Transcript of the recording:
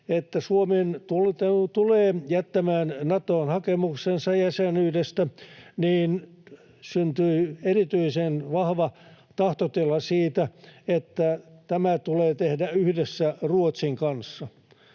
että Suomi tulee jättämään Natoon hakemuksensa jäsenyydestä, niin syntyi erityisen vahva tahtotila siitä, että tämä tulee tehdä yhdessä Ruotsin kanssa.